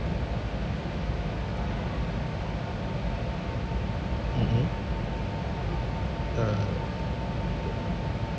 mmhmm uh